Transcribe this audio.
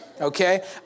Okay